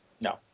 No